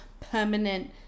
permanent